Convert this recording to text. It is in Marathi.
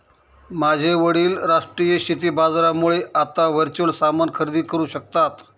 माझे वडील राष्ट्रीय शेती बाजारामुळे आता वर्च्युअल सामान खरेदी करू शकता